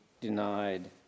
denied